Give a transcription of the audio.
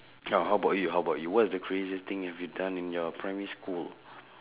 oh how about you how about you what's the craziest thing have you done in your primary school